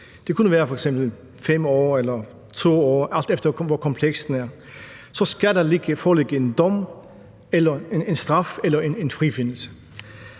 Det kunne f.eks. være 5 år eller 2 år, alt efter hvor kompleks den er, og så skal der foreligge en dom – en straf eller en frifindelse.